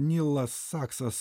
nilas saksas